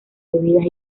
bebidas